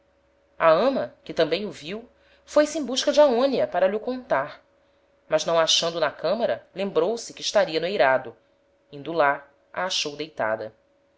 a ama que tambem o viu foi-se em busca de aonia para lh'o contar mas não a achando na camara lembrou-se que estaria no eirado indo lá a achou deitada